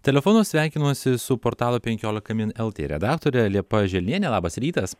telefonu sveikinuosi su portalo penkiolika min lt redaktore liepa aželiene labas rytas